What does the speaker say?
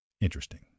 interesting